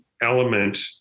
element